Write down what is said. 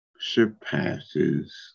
surpasses